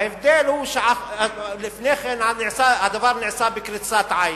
ההבדל הוא שלפני כן הדבר נעשה בקריצת עין,